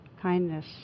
kindness